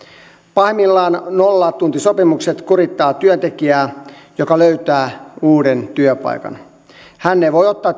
pahimmillaan nollatuntisopimukset kurittavat työntekijää joka löytää uuden työpaikan hän ei voi ottaa